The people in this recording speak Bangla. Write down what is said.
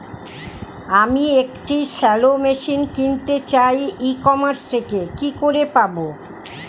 আমি একটি শ্যালো মেশিন কিনতে চাই ই কমার্স থেকে কি করে পাবো?